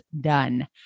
done